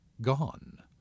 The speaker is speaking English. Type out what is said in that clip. gone